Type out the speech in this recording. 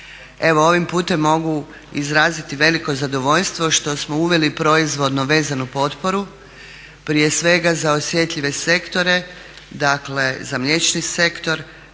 ovim putem mogu izraziti veliko zadovoljstvo što smo uveli proizvodno vezanu potporu prije svega za osjetljive sektore, dakle za mliječni sektor